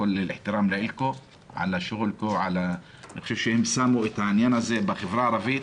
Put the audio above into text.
אני חושב שהם שמו את זה במוקד בקרב החברה הערבית.